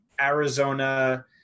Arizona